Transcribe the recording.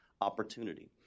opportunity